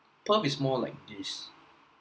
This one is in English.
perth is more like this